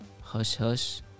hush-hush